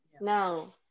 No